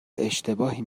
اشتباهی